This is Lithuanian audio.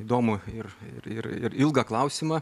įdomų ir ir ir ilgą klausimą